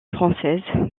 françaises